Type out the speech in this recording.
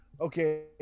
Okay